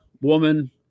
woman